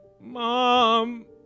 Mom